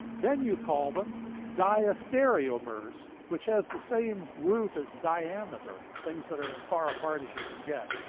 then you call them diastereomers, which has the same root as diameter things that are as far apart as you can get,